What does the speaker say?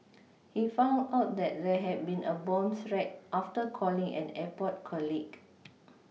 he found out that there had been a bomb threat after calling an airport colleague